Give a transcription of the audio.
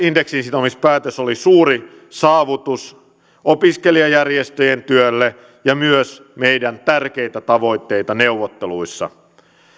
indeksiinsitomispäätös oli suuri saavutus opiskelijajärjestöjen työlle ja myös meidän tärkeitä tavoitteita neuvotteluissa